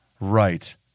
Right